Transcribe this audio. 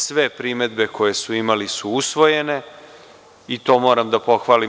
Sve primedbe koje su imali su usvojene i to moram da pohvalim.